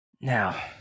Now